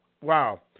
Wow